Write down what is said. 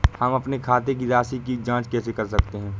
हम अपने खाते की राशि की जाँच कैसे कर सकते हैं?